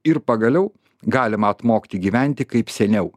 ir pagaliau galima atmokti gyventi kaip seniau